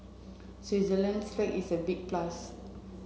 Switzerland's flag is a big plus